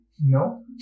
No